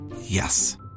yes